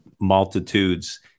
multitudes